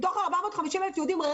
מתוך 450,000 יהודים,